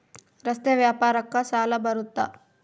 ರಸ್ತೆ ವ್ಯಾಪಾರಕ್ಕ ಸಾಲ ಬರುತ್ತಾ?